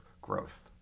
growth